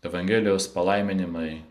evangelijos palaiminimai